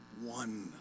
one